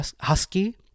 Husky